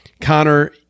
connor